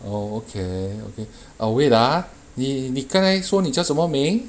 oh okay okay err wait ah 你你刚才说你叫什么名